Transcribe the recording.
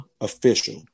official